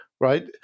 right